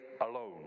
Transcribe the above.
alone